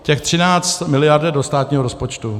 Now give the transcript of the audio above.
Těch 13 mld. jde do státního rozpočtu.